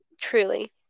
Truly